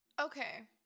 okay